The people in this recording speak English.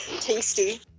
Tasty